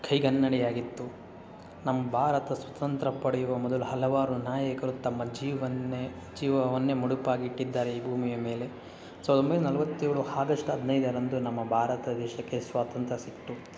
ಕೈಗನ್ನಡಿಯಾಗಿತ್ತು ನಮ್ಮ ಭಾರತ ಸ್ವತಂತ್ರ ಪಡೆಯುವ ಮೊದಲು ಹಲವಾರು ನಾಯಕರು ತಮ್ಮ ಜೀವವನ್ನೇ ಜೀವವನ್ನೇ ಮುಡಿಪಾಗಿಟ್ಟಿದ್ದಾರೆ ಈ ಭೂಮಿಯ ಮೇಲೆ ಸಾವಿರದ ಒಂಬೈನೂರ ನಲ್ವತ್ತೇಳು ಹಾಗಸ್ಟ್ ಹದಿನೈದರಂದು ನಮ್ಮ ಭಾರತ ದೇಶಕ್ಕೆ ಸ್ವಾತಂತ್ರ್ಯ ಸಿಕ್ಕಿತು